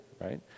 right